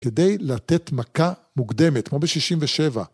כדי לתת מכה מוקדמת, כמו ב67'.